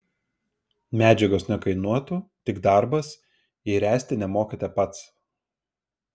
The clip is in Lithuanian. medžiagos nekainuotų tik darbas jei ręsti nemokate pats